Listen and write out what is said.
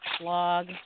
Blog